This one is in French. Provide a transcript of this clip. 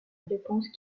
réponses